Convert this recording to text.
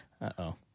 Uh-oh